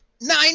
nine